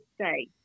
say